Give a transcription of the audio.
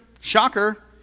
shocker